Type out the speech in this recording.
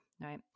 Right